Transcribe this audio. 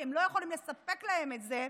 כי הם לא יכולים לספק להם את זה,